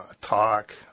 talk